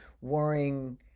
worrying